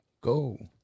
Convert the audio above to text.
Go